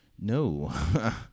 No